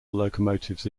locomotives